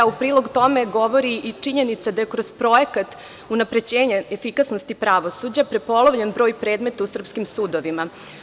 U prilog tome govori i činjenica da je kroz projekat unapređenja efikasnosti pravosuđa prepolovljen broj predmeta u srpskim sudovima.